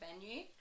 venue